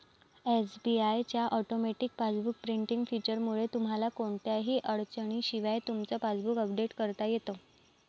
SBI च्या automatic passbook printing फीचरमुळे तुम्हाला कोणत्याही अडचणीशिवाय तुमचं पासबुक अपडेट करता येतं